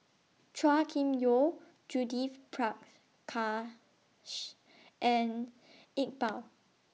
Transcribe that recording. Chua Kim Yeow Judith Prakash and Iqbal